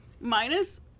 minus